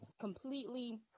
completely